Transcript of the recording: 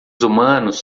humanos